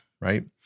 right